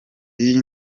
y’iyi